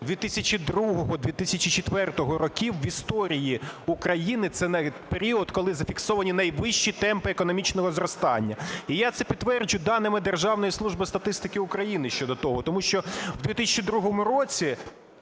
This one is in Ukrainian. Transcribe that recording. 2002-2004 років в історії України – це період, коли зафіксовані найвищі темпи економічного зростання. І я це підтверджу даними Державної служби статистики України щодо того, тому що у 2002 році,